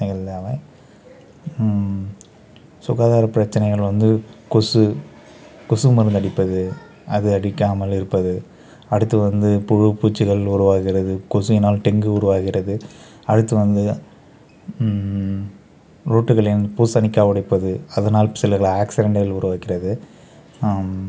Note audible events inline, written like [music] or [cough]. [unintelligible] சுகாதார பிரச்சனைகள் வந்து கொசு கொசு மருந்து அடிப்பது அது அடிக்காமல் இருப்பது அடுத்து வந்து புழு பூச்சிகள் உருவாகிறது கொசுவினால் டெங்கு உருவாகிறது அடுத்து வந்து ரோட்டுகளில் பூசணிக்காய் உடைப்பது அதனால சிலர் ஆக்சிடென்டுகள் உருவாக்கிறது